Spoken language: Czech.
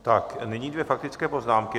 Tak nyní dvě faktické poznámky.